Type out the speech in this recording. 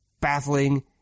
baffling